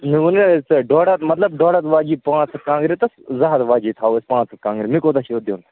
مےٚ ؤنیٛووُے ژےٚ ڈۅڈ ہَتھ مَطلَب ڈۅڈ ہَتھ واجیٚنۍ پانٛژھ ہَتھ کانٛگرِ تہٕ زٕ ہَتھ واجیٚنۍ تھَوو پانٛژھ ہَتھ کانٛگرِ مےٚ کوٗتاہ چھُ اَتھ دِیُن